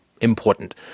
important